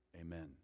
Amen